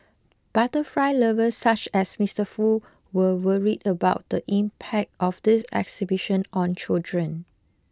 butterfly lovers such as Mister Foo were worried about the impact of this exhibition on children